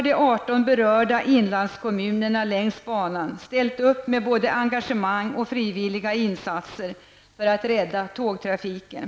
De 18 berörda inlandskommunerna längs banan har ställt upp med både engagemang och frivilliga insatser för att rädda tågtrafiken.